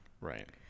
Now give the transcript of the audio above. Right